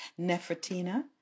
Nefertina